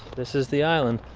this is the island.